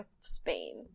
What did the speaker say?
Spain